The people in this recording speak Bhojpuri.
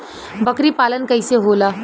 बकरी पालन कैसे होला?